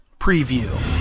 Preview